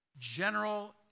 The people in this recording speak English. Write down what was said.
general